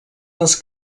les